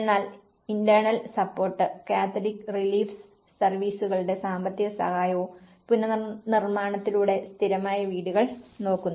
എന്നാൽ internal support Catholic relief സർവീസുകളുടെ സാമ്പത്തിക സഹായാവും പുനർനിർമ്മാണത്തിലൂടെ സ്ഥിരമായ വീടുകൾ നോക്കുന്നു